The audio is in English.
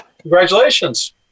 Congratulations